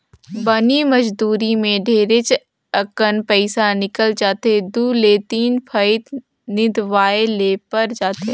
बनी मजदुरी मे ढेरेच अकन पइसा निकल जाथे दु ले तीन फंइत निंदवाये ले पर जाथे